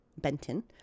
Benton